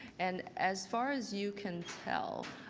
and as far as you can tell,